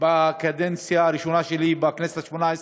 בקדנציה הראשונה שלי, בכנסת השמונה-עשרה,